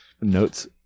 notes